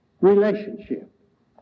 relationship